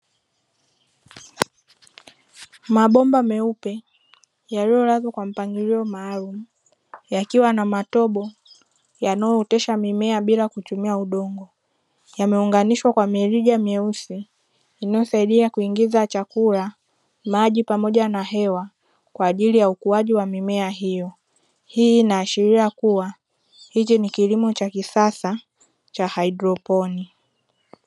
Mabomba meupe yaliyolazwa kwa mpangilio maalumu yakiwa yanamatobo yanayootesha mimea bila kutumia udongo yameunganishwa kwa mirija meusi inayosasidia kuingiza chakula, maji pamoja na hewa kwa ajili ya ukuaji wa mimea hiyo. Hii inaashiria kuwa hichi ni kilimo cha kisasa cha haidroponi.